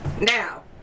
Now